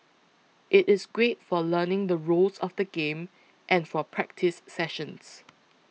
it is great for learning the rules of the game and for practice sessions